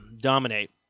dominate